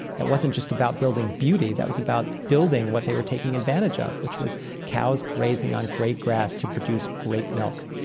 that wasn't just about building beauty that was about building what they were taking advantage of, which was cows grazing on great grass to produce great milk